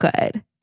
good